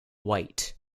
white